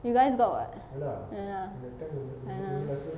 you guys got what ya lah ah lah